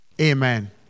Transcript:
Amen